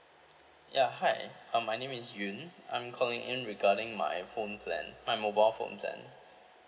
ya hi uh my name is yun I'm calling in regarding my phone plan my mobile phone plan